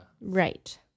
Right